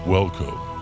Welcome